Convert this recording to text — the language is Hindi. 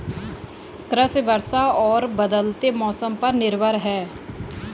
कृषि वर्षा और बदलते मौसम पर निर्भर है